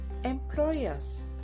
employers